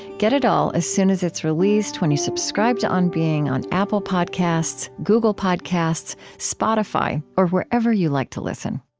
get it all as soon as it's released when you subscribe to on being on apple podcasts, google podcasts, spotify or wherever you like to listen